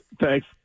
Thanks